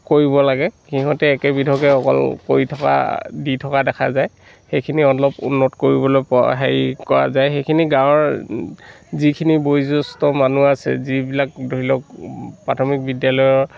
কৰিব লাগে সিহঁতে একেবিধকে অকল কৰি থকা দি থকা দেখা যায় সেইখিনি অলপ উন্নত কৰিবলৈ প হেৰি কৰা যায় সেইখিনি গাঁৱৰ যিখিনি বয়োজ্য়েষ্ঠ মানুহ আছে যিবিলাক ধৰি লওক প্ৰাথমিক বিদ্যালয়ৰ